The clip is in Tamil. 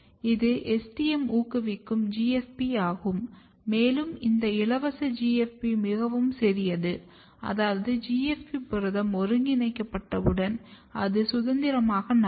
இது STM ஊக்குவிக்கும் GFP ஆகும் மேலும் இந்த இலவச GFP மிகவும் சிறியது அதாவது GFP புரதம் ஒருங்கிணைக்கப்பட்டவுடன் அது சுதந்திரமாக நகரும்